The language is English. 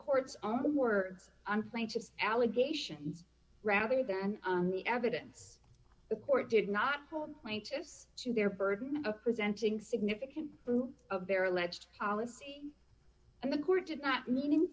court's own words on plaintiff's allegations rather than on the evidence the court did not hold plaintiffs to their burden of presenting significant of their alleged policy and the court did not meaning